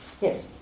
Yes